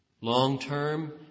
long-term